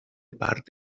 part